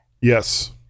Yes